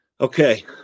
Okay